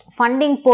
funding